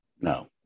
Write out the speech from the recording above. No